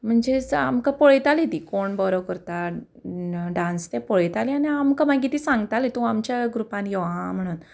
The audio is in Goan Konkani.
म्हणजेच आमकां पळयताली ती कोण बरो करता डान्स तें पळयताली आनी आमकां मागीर ती सांगताली तूं आमच्या ग्रुपान यो आं म्हणून